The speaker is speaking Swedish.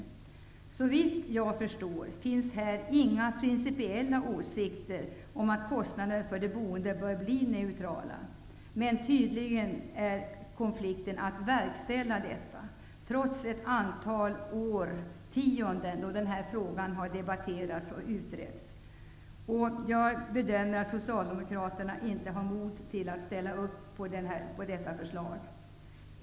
Såvitt jag förstår finns här inga principiellt skilda åsikter om att kostnaderna för de boende bör bli neutrala. Men tydligen gäller konflikten verkställandet av detta, trots att denna fråga har debatterats och utretts under ett antal årtionden. Jag bedömer att Socialdemokraterna inte har modet att ställa sig bakom detta förslag.